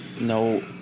No